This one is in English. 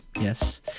yes